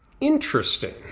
Interesting